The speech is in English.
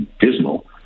dismal